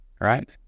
right